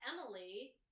Emily